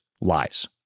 lies